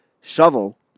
shovel